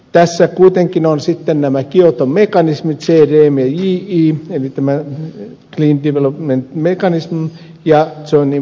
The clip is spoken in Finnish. tässä kuitenkin ovat sitten nämä kioton mekanismit cdm ja ji eli clean development mechanism ja joint implementation